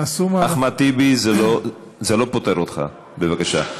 נעשו מאמצים, אחמד טיבי, זה לא פוטר אותך, בבקשה.